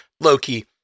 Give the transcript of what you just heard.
Loki